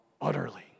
utterly